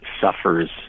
suffers